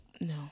No